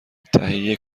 تهیه